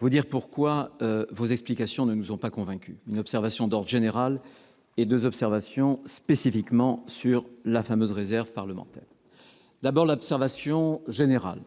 vous dire pourquoi vos explications ne nous ont pas convaincus. Je ferai une observation d'ordre général et deux observations plus spécifiques sur la fameuse réserve parlementaire. D'abord, une observation d'ordre